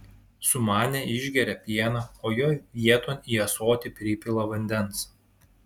sumanę išgeria pieną o jo vieton į ąsotį pripila vandens